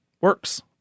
works